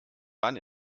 dann